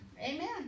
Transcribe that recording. Amen